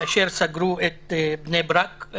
כאשר סגרו את בני ברק.